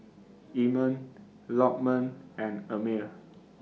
Iman Lokman and Ammir